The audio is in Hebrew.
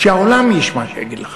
שהעולם ישמע שהוא אומר לך לא,